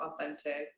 authentic